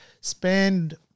spend